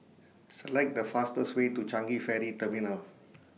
Select The fastest Way to Changi Ferry Terminal